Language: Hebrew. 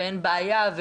אין בעיה,